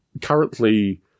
currently